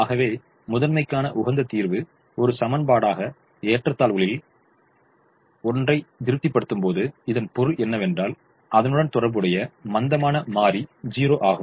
ஆகவே முதன்மைக்கான உகந்த தீர்வு ஒரு சமன்பாடாக ஏற்றத்தாழ்வுகளில் ஒன்றை திருப்திப்படுத்தும்போது இதன் பொருள் என்னவென்றால் அதனுடன் தொடர்புடைய மந்தமான மாறி 0 ஆகும்